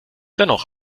dennoch